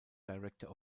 director